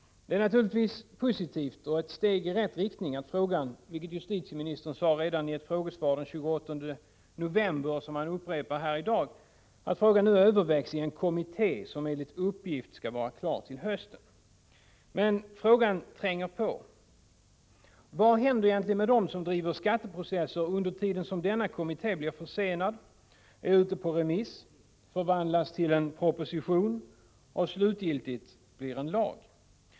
Det är naturligtvis positivt, och ett steg i rätt riktning, att frågeställningen — vilket justitieministern sade i ett frågesvar den 28 november i fjol och upprepar i dag — nu övervägs i en kommitté, som enligt uppgift skall vara klar till hösten. Men frågan tränger på: Vad händer med dem som driver skatteprocesser under tiden som denna kommittéutredning blir försenad, är ute på remiss, förvandlas till en proposition och slutligen blir en lag?